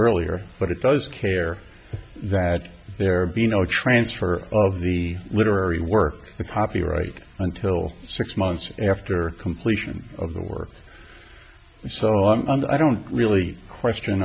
earlier but it does care that there be no transfer of the literary work the copyright until six months after completion of the work so i'm not i don't really question